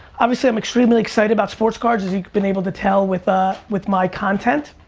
obviously i'm extremely excited about sports cards as you've been able to tell with ah with my content